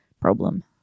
problem